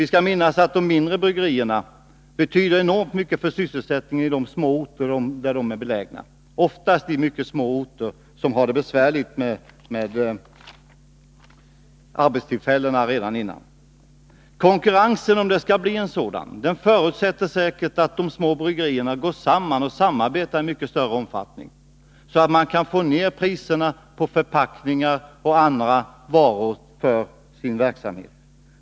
Vi skall minnas att de bryggerierna betyder enormt mycket för sysselsättningen på de små orter där de är belägna, orter som ofta redan tidigare har det besvärligt vad gäller arbetstillfällen. Konkurrensen — om det skall bli en sådan — förutsätter säkert att de små bryggerierna går samman och samarbetar i mycket större omfattning än som nu sker, så att priserna på förpackningar och råvaror som behövs för verksamheten kan bringas ned.